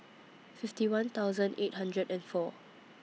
fifty one thousand eight hundred and four